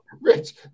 Rich